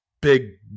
big